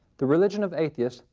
the religion of atheists,